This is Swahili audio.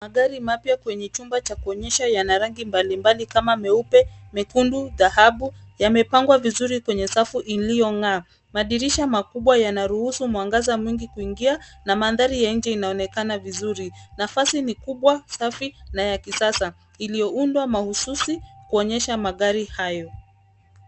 Magari mapya kwenye chumba cha kuonyesha yana rangi mbali mbali kama meupe, mekundu, dhahabu yamepangwa vizuri kwenye safu iliyo ngaa. Madirisha makubwa yanaruhusu mwangaza mwingi kuingia na madhari ya nje inaonekana vizuri. Nafasi ni kubwa, safi na ya kisasa iliyo undwa mahususi kuonyesha magari hayo.